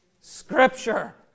Scripture